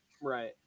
Right